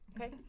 okay